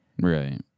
Right